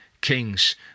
kings